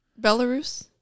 Belarus